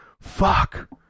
fuck